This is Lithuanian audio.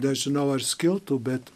nežinau ar skiltų bet